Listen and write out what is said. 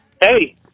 Hey